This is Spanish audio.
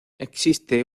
existe